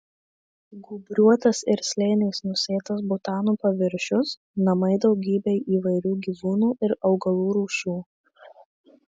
gūbriuotas ir slėniais nusėtas butano paviršius namai daugybei įvairių gyvūnų ir augalų rūšių